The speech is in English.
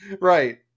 Right